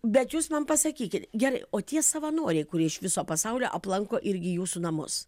bet jūs man pasakykit gerai o tie savanoriai kurie iš viso pasaulio aplanko irgi jūsų namus